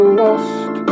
lost